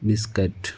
biscuit